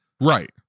Right